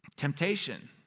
temptation